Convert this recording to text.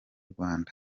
rwanda